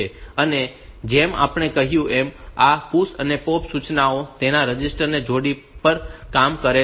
અને જેમ આપણે કહ્યું કે આ PUSH અને POP સૂચનાઓ તેઓ રજીસ્ટર જોડી પર કામ કરે છે